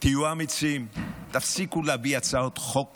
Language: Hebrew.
תהיו אמיצים, תפסיקו להביא הצעות חוק